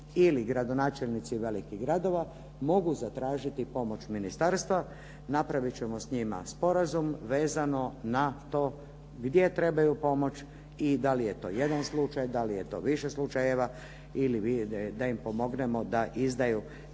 ili gradonačelnici velikih gradova mogu zatražiti pomoć ministarstva, napraviti ćemo s njima sporazum vezano na to gdje trebaju pomoć i da li je to jedan slučaj, da li je to više slučajeva ili da im pomognemo da izdaju